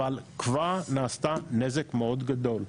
אבל כבר נעשה נזק מאוד גדול.